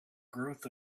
growth